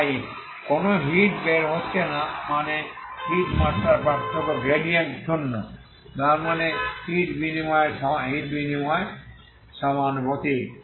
তাই কোন হিট বের হচ্ছে না মানে হিট মাত্রার পার্থক্য গ্রেডিয়েন্ট শূন্য যা হিট বিনিময়ের সমানুপাতিক